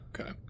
Okay